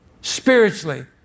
spiritually